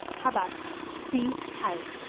habas see caille.